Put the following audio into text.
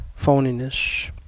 phoniness